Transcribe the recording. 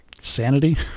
sanity